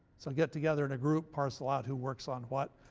so get together in a group, parcel out who works on what,